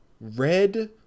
Red